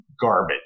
garbage